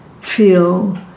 feel